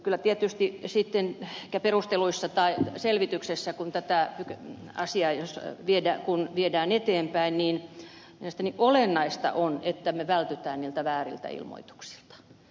kyllä tietysti sitten ehkä perusteluissa tai selvityksessä kun tätä nykyä asia jos ne viedään asiaa viedään eteenpäin mielestäni olennaista on että me vältymme niiltä vääriltä ilmoituksilta